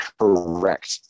correct